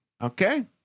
Okay